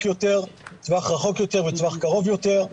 טווח רחוק יותר וטווח קרוב יותר,